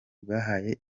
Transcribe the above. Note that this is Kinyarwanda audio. bwahaye